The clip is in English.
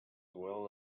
well